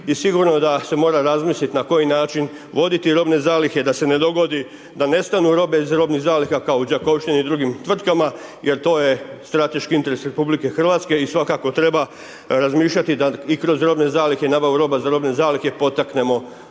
sigurno da se mora razmislit na koji način voditi robne zalihe, da se ne dogodi da nestanu robe iz robnih zaliha kao u Đakovštini i drugim tvrtkama jer to je strateški interes RH i svakako treba razmišljati da i kroz robne zalihe i nabavu roba za robne zalihe potaknemo